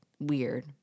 weird